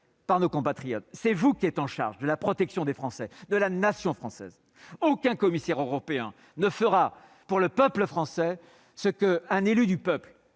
le Premier ministre, qui êtes chargé de la protection des Français, de la nation française ; aucun commissaire européen ne fera pour le peuple français ce qu'un élu du peuple